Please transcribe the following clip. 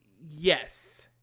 Yes